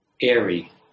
airy